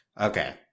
Okay